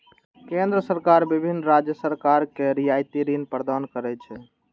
केंद्र सरकार विभिन्न राज्य सरकार कें रियायती ऋण प्रदान करै छै